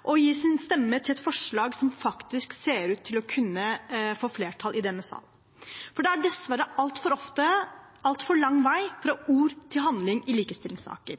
å gi sin stemme til et forslag som faktisk ser ut til å kunne få flertall i denne salen, for det er dessverre altfor ofte altfor lang vei fra ord til handling i likestillingssaker.